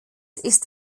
ist